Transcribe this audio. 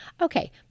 Okay